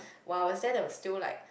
when I was there there was still like